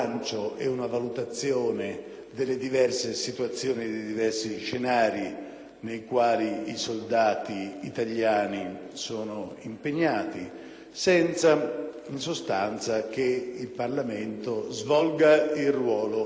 nei quali i soldati italiani sono impegnati, in sostanza senza che il Parlamento svolga il ruolo che gli è proprio, di esercitare una funzione di indirizzo.